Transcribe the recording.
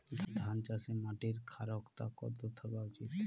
ধান চাষে মাটির ক্ষারকতা কত থাকা উচিৎ?